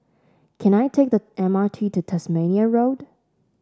can I take the M R T to Tasmania Road